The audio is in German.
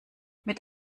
mit